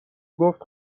گفت